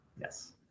yes